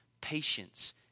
patience